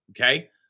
okay